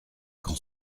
quand